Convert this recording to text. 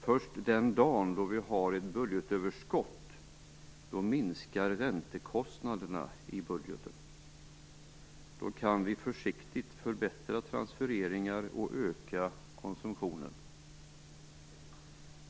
Först den dag då vi har ett budgetöverskott minskar räntekostnaderna i budgeten. Då kan vi försiktigt förbättra transfereringar och öka konsumtionen.